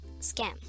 scam